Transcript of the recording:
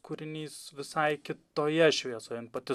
kūrinys visai kitoje šviesoj jin pati